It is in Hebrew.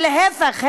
ולהפך,